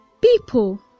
people